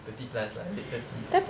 thirty plus lah late thirties